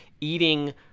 eating